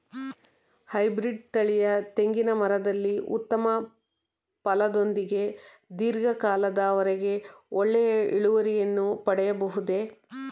Hybrid ತಳಿಯ ತೆಂಗಿನ ಮರದಲ್ಲಿ ಉತ್ತಮ ಫಲದೊಂದಿಗೆ ಧೀರ್ಘ ಕಾಲದ ವರೆಗೆ ಒಳ್ಳೆಯ ಇಳುವರಿಯನ್ನು ಪಡೆಯಬಹುದೇ?